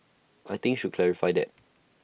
I think should clarify that